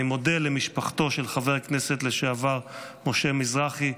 אני מודה למשפחתו של חבר הכנסת לשעבר משה מזרחי,